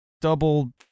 double